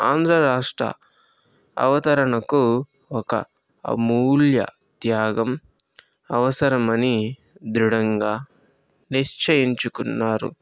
ఆంధ్ర రాష్ట్ర అవతరణకు ఒక అమూల్య త్యాగం అవసరమని దృఢంగా నిశ్చయించుకున్నారు